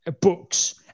books